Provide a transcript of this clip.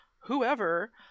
Whoever